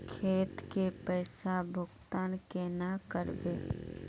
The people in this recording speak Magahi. खेत के पैसा भुगतान केना करबे?